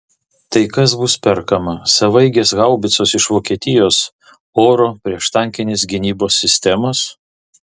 tai kas bus perkama savaeigės haubicos iš vokietijos oro prieštankinės gynybos sistemos